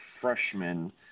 freshman